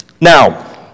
Now